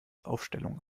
aufstellung